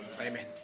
Amen